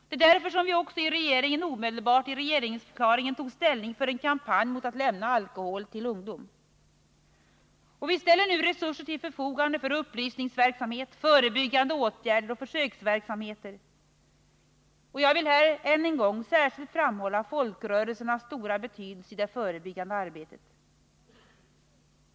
Det är därför som vi i regeringen omedelbart i regeringsförklaringen tog ställning för en kampanj mot att lämna alkohol till ungdom. Vi ställer nu resurser till förfogande för upplysningsverksamhet, förebyggande åtgärder och försöksverksamheter. Jag vill här än en gång särskilt framhålla folkrörelsernas stora betydelse i det förebyggande arbetet.